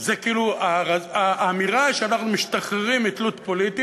זה האמירה שאנחנו משתחררים מהתלות הפוליטית,